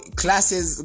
classes